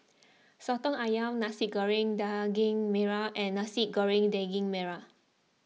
Soto Ayam Nasi Goreng Daging Merah and Nasi Goreng Daging Merah